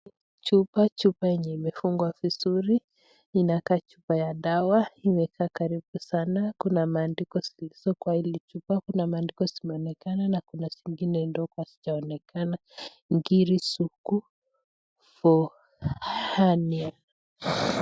Chupa ,chupa yenye imefungwa vizuri inakaa chupa ya dawa imekaa karibu sana. Kuna maandiko zimeonekana na kuna zingine ndogo hazijaoenekana Ngiri sugu.